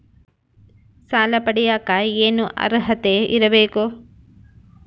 ಸಾಲ ಪಡಿಯಕ ಏನು ಅರ್ಹತೆ ಇರಬೇಕು?